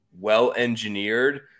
well-engineered